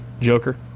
Joker